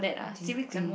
G_P